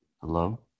Hello